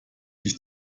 sich